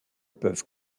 peuvent